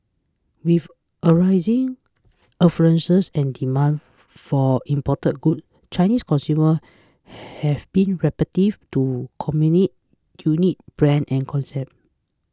with a rising affluence and demand for imported goods Chinese consumers have been receptive to Commune unique brand and concept